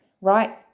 Right